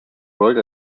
world